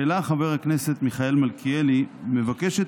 שהעלה חבר הכנסת מיכאל מלכיאלי מבקשת